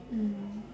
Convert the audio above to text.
mm